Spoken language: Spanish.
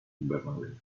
invernaderos